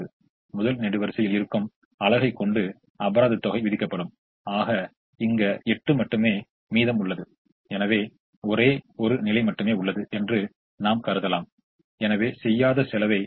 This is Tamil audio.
அப்பொழுது அதில் ஒரு நன்மை இருந்தால் θ வை கொண்டு பூர்த்தி செய்யக்கூடிய அதிகபட்ச அளவை கணக்கிடலாம் மேலும் புதிய தீர்வுக்கான ஸ்டெப்பிங் ஸ்டோன் மெத்தெட் இன் யோசனையை செயல்படுத்தலாம்